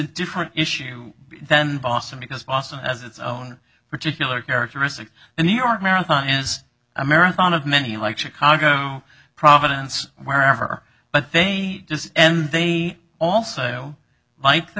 different issue than boston because boston has its own particular characteristics and new york marathon is a marathon of many like chicago providence wherever but they and they also like the